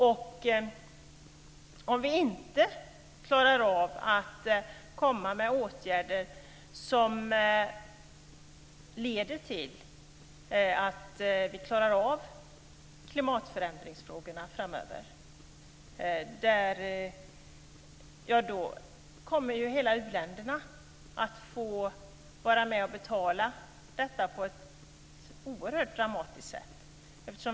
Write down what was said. Om vi inte klarar av att vidta åtgärder som leder till att vi klarar frågorna om klimatförändringar framöver, kommer u-länderna att få vara med och betala detta på ett oerhört dramatiskt sätt.